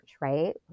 right